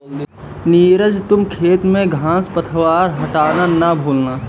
नीरज तुम खेत में घांस पतवार हटाना ना भूलना